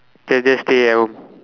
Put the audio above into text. just just stay at home